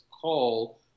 call